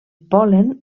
pol·len